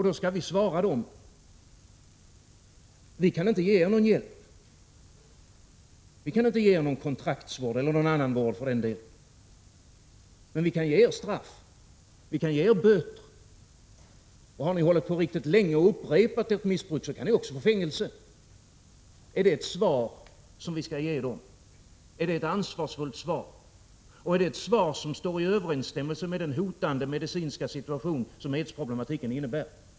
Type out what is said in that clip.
Då skall vi svara dem: Vi kan inte ge er någon hjälp. Vi kan inte ge er någon kontraktsvård eller någon annan vård för den delen. Men vi kan ge er straff, vi kan ge er böter, och har ni hållit på riktigt länge och upprepat ert missbruk kan ni också få fängelse. Är det ett svar som vi skall ge dem? Är det ett ansvarsfullt svar som står i överensstämmelse med den hotande medicinska situation som aidsproblematiken innebär?